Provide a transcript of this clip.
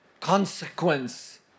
consequence